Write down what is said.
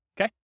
okay